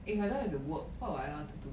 if I don't have to work what would I want to do